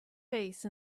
face